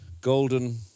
golden